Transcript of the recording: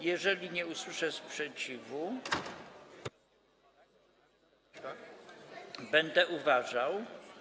Jeżeli nie usłyszę sprzeciwu, będę uważał.